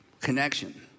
connection